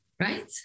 Right